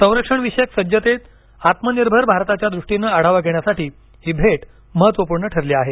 संरक्षणविषयक सज्जतेत आत्मनिर्भर भारताच्या दृष्टीनं आढावा घेण्यासाठी ही भे महत्त्वपूर्ण ठरली आहे